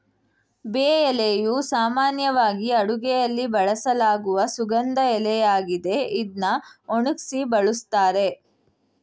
ಬೇ ಎಲೆಯು ಸಾಮಾನ್ಯವಾಗಿ ಅಡುಗೆಯಲ್ಲಿ ಬಳಸಲಾಗುವ ಸುಗಂಧ ಎಲೆಯಾಗಿದೆ ಇದ್ನ ಒಣಗ್ಸಿ ಬಳುಸ್ತಾರೆ